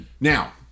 now